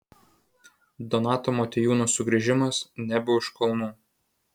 donato motiejūno sugrįžimas nebe už kalnų